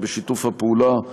שבשיתוף פעולה,